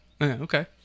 Okay